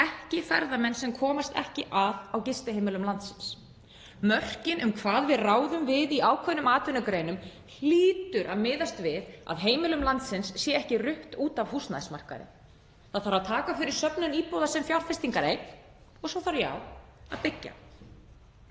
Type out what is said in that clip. ekki ferðamenn sem komast ekki að á gistiheimilum landsins. Mörkin um hvað við ráðum við í ákveðnum atvinnugreinum hljóta að miðast við að heimilum landsins sé ekki rutt út af húsnæðismarkaði. Það þarf að taka fyrir söfnun íbúða sem fjárfestingareign. Og svo: Já, það þarf að byggja.